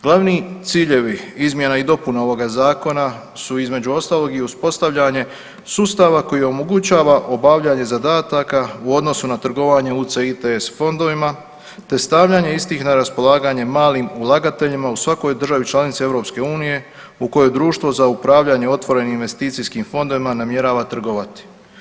Glavni ciljevi izmjena i dopuna ovoga zakona su između ostalog i uspostavljanje sustava koji omogućava obavljanje zadataka u odnosu na trgovanje UCITS fondovima te stavljanje istih na raspolaganje malim ulagateljima u svakoj državi članici EU u kojoj društvo za upravljanje otvorenim investicijskim fondovima namjerava trgovati.